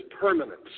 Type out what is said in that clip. permanent